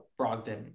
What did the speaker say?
Brogdon